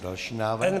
Další návrh.